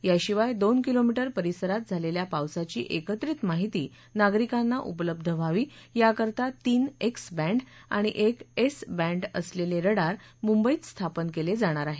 याशिवाय दोन किलोमीटर परिसरात झालेल्या पावसाची एकत्रित माहिती नागरिकांना उपलब्ध व्हावी याकरता तीन एक्स बॅंड आणि एक एस बॅंड असलेले रडार मुंबईत स्थापन केले जाणार आहेत